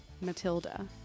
Matilda